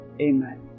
Amen